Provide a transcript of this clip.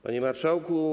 Panie Marszałku!